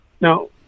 Now